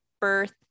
birth